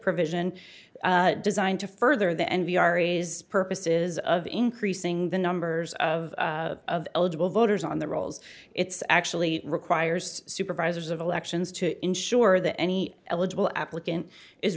provision designed to further the n v ari's purposes of increasing the numbers of eligible voters on the rolls it's actually requires supervisors of elections to ensure that any eligible applicant is